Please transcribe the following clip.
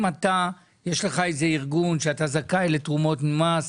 אם אתה יש לך איזה ארגון שאתה זכאי לתרומות ממס,